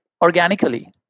organically